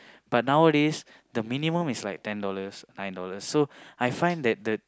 but nowadays the minimum is like ten dollars nine dollars so I find that the